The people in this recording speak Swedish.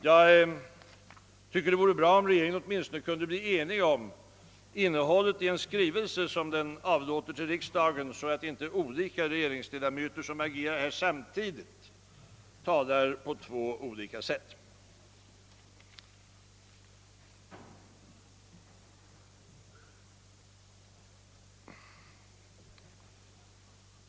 Jag tycker det vore bra om regeringen åtminstone kunde bli enig om innehållet i en skrivelse som den avlåter till riksdagen, så att inte olika regeringsledamöter som agerar samtidigt argumenterar på olika sätt.